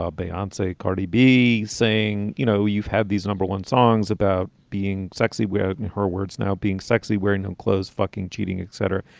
ah beyonce, a cardi b saying, you know, you've had these number one songs about being sexy. we are, in her words, now being sexy, wearing no clothes, fucking cheating, etc.